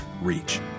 reach